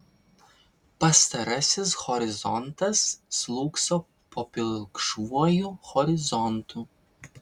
pastarasis horizontas slūgso po pilkšvuoju horizontu